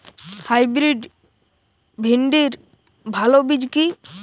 Hybrid ভিন্ডির ভালো বীজ কি?